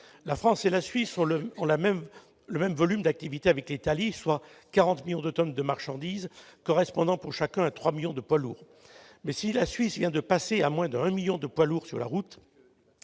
La France et la Suisse ont le même volume d'activité avec l'Italie, soit 40 millions de tonnes de marchandises correspondant pour chacun à 3 millions de poids lourds. Or, si la Suisse vient de passer à moins de 1 million de poids lourds sur les routes,